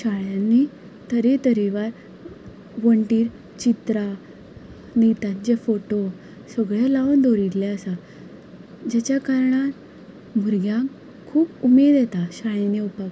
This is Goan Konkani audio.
शाळांनी तरेतरेवार वणटीर चित्रां नेताचे फोटो सगळे लावन दवरले आसा जाच्या कारणान भुरग्यांक खूब उमेद येता शाळेन येवपाक